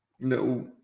little